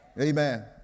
Amen